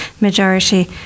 majority